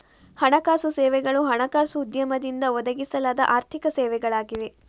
ಹಣಕಾಸು ಸೇವೆಗಳು ಹಣಕಾಸು ಉದ್ಯಮದಿಂದ ಒದಗಿಸಲಾದ ಆರ್ಥಿಕ ಸೇವೆಗಳಾಗಿವೆ